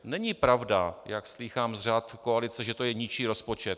Není pravda, jak slýchám z řad koalice, že to je ničí rozpočet.